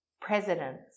presidents